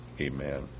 Amen